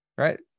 right